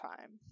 time